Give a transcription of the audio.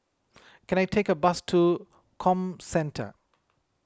can I take a bus to Comcentre